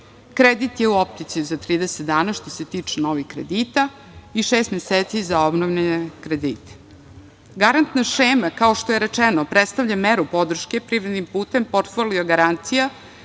Kredit je u opticaju za 30 dana, što se tiče novih kredita, i šest meseci za obnovljene kredite. Garantna šema, kao što je rečeno, predstavlja meru podrške privrednim putem portfolio garancija